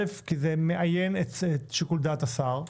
ראשית, כי זה מאיין את שיקול דעת השר,